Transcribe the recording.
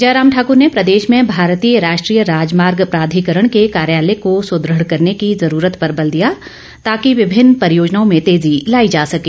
जयराम ठाकर ने प्रदेश में भारतीय राश्ट्रीय राजमार्ग प्राधिकरण के कार्यालय को सुदृढ करने की ज़रूरत पर बल दिया ताकि विभिन्न परियोजनाओं में तेज़ी लाई जा सके